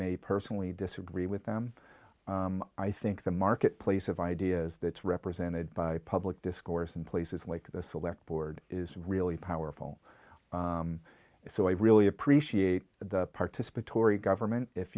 may personally disagree with them i think the marketplace of ideas that's represented by public discourse in places like the select board is really powerful so i really appreciate the participatory government if